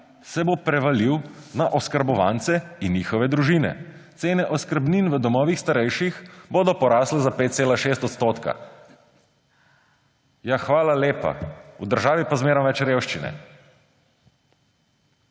se bo prevalil na oskrbovance in njihove družine, cene oskrbnin v domovih starejših bodo porasle za 5,6 %. Ja hvala lepa, v državi je pa zmeraj več revščine!